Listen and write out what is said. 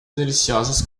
deliciosas